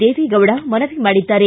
ದೇವೇಗೌಡ ಮನವಿ ಮಾಡಿದ್ದಾರೆ